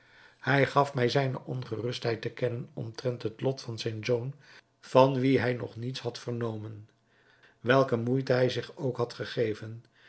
hij gaf mij zijne ongerustheid te kennen omtrent het lot van zijn zoon van wien hij nog niets had vernomen welke moeite hij zich ook had gegeven